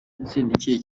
ikihe